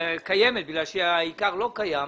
הקיימת כי העיקר לא קיים,